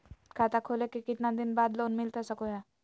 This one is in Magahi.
खाता खोले के कितना दिन बाद लोन मिलता सको है?